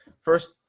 first